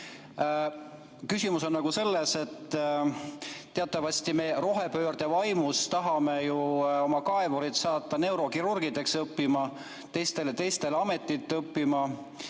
Küsimus on selles, et teatavasti me rohepöörde vaimus tahame oma kaevurid saata neurokirurgideks õppima, teist ametit õppima.